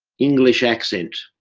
english accent.